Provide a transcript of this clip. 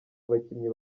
abakinnyi